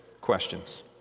questions